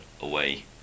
away